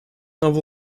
novel